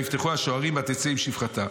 ויפתחו השוערים ותצא עם שפחתה.